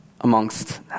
amongst